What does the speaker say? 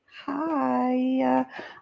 hi